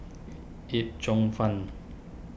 Yee Yip Cheong Fun